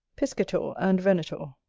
piscator and venator